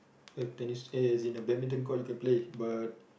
a tennis eh as in a badminton court you can play but